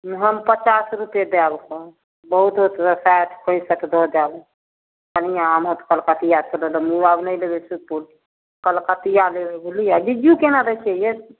हम पचास रुपैए देब ओकर बहुत होत तऽ साठि पैँसठि दऽ जाएब कनिए मोट कलकतिआसअ ओ आब नहि लेबै सुकुल कलकतिआ लेबै बुझलिए बिज्जू केना दै छिए यइ